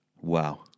Wow